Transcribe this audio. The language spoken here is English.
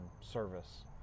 service